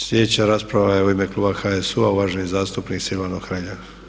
Slijedeća rasprava je u ime kluba HSU-a uvaženi zastupnik Silvano Hrelja.